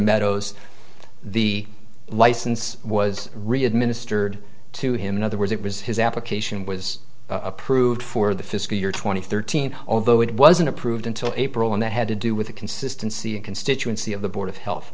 meadows the license was really administered to him in other words it was his application was approved for the fiscal year two thousand and thirteen although it wasn't approved until april and that had to do with the consistency in constituency of the board of health